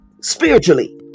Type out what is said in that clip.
spiritually